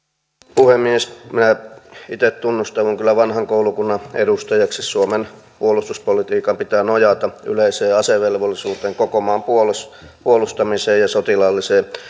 puhemies minä itse tunnustaudun kyllä vanhan koulukunnan edustajaksi suomen puolustuspolitiikan pitää nojata yleiseen asevelvollisuuteen koko maan puolustamiseen ja sotilaalliseen